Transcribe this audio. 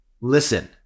listen